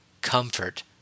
comfort